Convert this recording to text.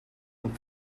and